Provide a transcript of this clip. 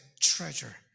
treasure